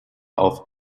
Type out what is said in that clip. auf